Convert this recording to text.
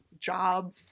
Job